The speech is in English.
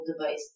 device